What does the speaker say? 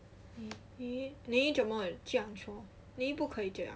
你你怎么这样傻你不可以这样